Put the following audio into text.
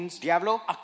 Diablo